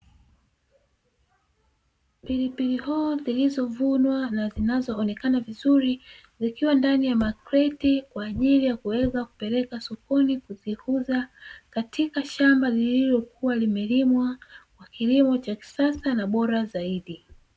Pilipili hoho zilizovunwa na zinazoonekana vizuri, zikiwa ndani ya makreti kwa ajili ya kupeleka sokoni kuviuza katika shamba lililokuwa limelimwa kilimo cha kisasa na bora zaidi.